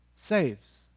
Saves